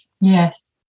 Yes